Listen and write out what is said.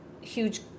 huge